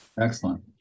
Excellent